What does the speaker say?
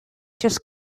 just